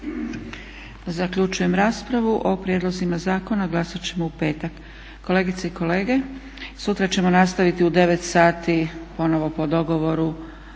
Zaključujem raspravu. O prijedlozima zakona glasat ćemo u petak. Kolegice i kolege sutra ćemo nastaviti u 9,00 sati ponovno po dogovoru